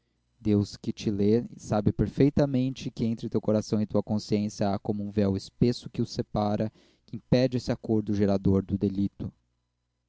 deus que te lê sabe perfeitamente que entre teu coração e tua consciência há como um véu espesso que os separa que impede esse acordo gerador do delito